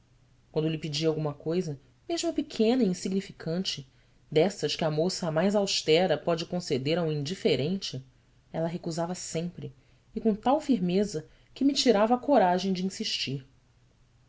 quando lhe pedia alguma coisa mesmo pequena e insignificante dessas que a moça a mais austera pode conceder a um indiferente ela recusava sempre e com tal firmeza que me tirava a coragem de insistir